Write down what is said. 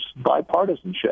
bipartisanship